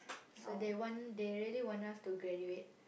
so they want they really want us to graduate